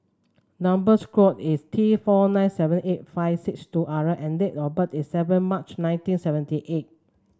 number square is T four nine seven eight five six two R and date of birth is seven March nineteen seventy eight